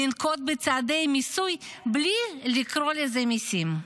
לנקוט בצעדי מיסוי בלי לקרוא לזה מיסים.